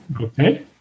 okay